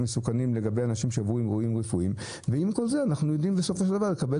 ועם כל זה אנחנו יודעים בסופו של דבר לקבל